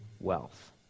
wealth